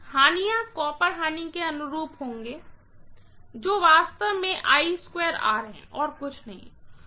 हानियाँ copper हानि के अनुरूप होंगे जो वास्तव में है और कुछ नहीं